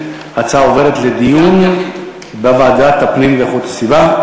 ההצעה עוברת לדיון בוועדת הפנים והגנת הסביבה.